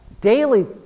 daily